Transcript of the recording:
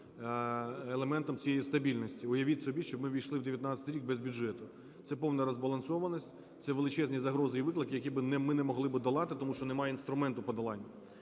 елементом цієї стабільності. Уявіть собі, щоб ми ввійшли в 19-й рік без бюджету. Це повна розбалансованість, це величезні загрози і виклики, які би ми не могли би долати, тому що немає інструменту подолань.